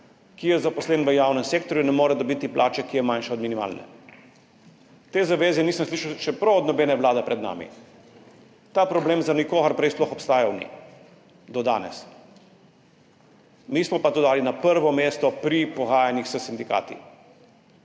ki je zaposlen v javnem sektorju, ne more dobiti plače, ki je manjša od minimalne. Te zaveze nisem slišal še prav od nobene vlade pred nami. Ta problem za nikogar prej sploh obstajal ni, do danes. Mi smo pa to dali na prvo mesto pri pogajanjih s sindikati.